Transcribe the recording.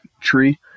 tree